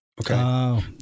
Okay